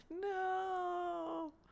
No